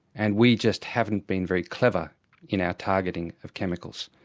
and we just haven't been very clever in our targeting of chemicals,